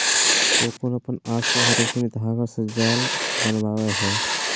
cocoon अपन आसपास रेशमी धागा से जाल बनावय हइ